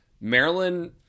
Maryland